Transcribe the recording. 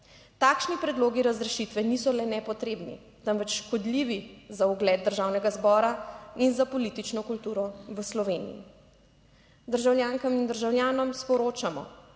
Takšni predlogi razrešitve niso le nepotrebni, temveč škodljivi za ugled Državnega zbora in za politično kulturo v Sloveniji. Državljankam in državljanom sporočamo: